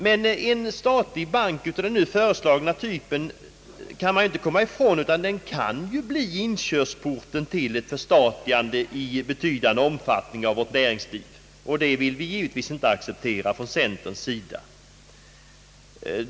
Man kan inte komma ifrån att en statlig bank av nu föreslagen typ kan bli inkörsporten till ett förstatligande av vårt näringsliv i betydande omfattning, något som centerpartiet givetvis inte kan acceptera.